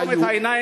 לעצום את העיניים,